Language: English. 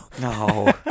No